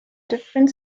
different